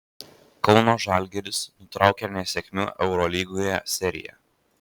kauno žalgiris nutraukė nesėkmių eurolygoje seriją